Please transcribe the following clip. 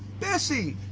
bessie.